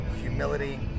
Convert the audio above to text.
humility